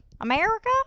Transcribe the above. america